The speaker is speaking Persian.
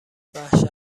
وحشت